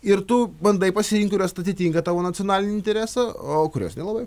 ir tu bandai pasirinkt kurios atitinka tavo nacionalinį interesą o kurios nelabai